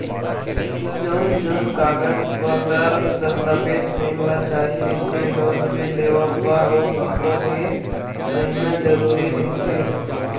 जउन जउन कागज पतर दस्ताबेज बेंक ल चाही रहिथे लोन के लेवब बर ओ सब्बो के रहिना जरुरी रहिथे